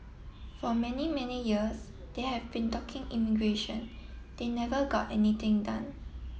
for many many years they have been talking immigration they never got anything done